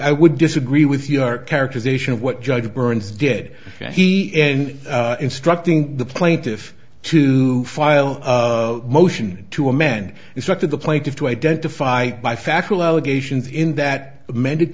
i would disagree with your characterization of what judge burns did he end instructing the plaintiff to file a motion to amend instructed the plaintiff to identify by factual allegations in that amended